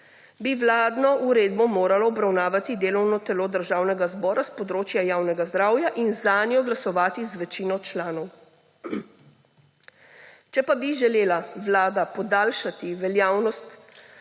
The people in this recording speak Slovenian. bi vladno uredbo moralo obravnavati delovno telo Državnega zbora s področja javnega zdravja in zanjo glasovati z večino članov. Če pa bi želela Vlada podaljšati veljavnost